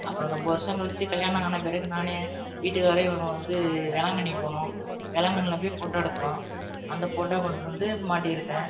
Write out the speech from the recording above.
அப்புறோம் ரொம்ப வருடம் கழித்து கல்யாணம் ஆனால் பிறகு நான் வீட்டுக்காரும் இது வேளாங்கண்ணி போனோம் வேளாங்கண்ணியில் போய் ஃபோட்டோ எடுத்தோம் அந்த ஃபோட்டோ கொண்டுனு வந்து மாட்டிருக்கேன்